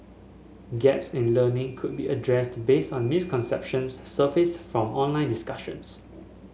gaps in learning could be addressed based on misconceptions surfaced from online discussions